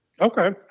Okay